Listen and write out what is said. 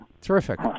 Terrific